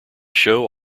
show